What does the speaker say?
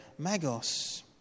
magos